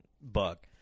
buck